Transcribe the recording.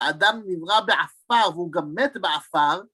‫אדם נברא בעפר והוא גם מת בעפר